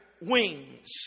wings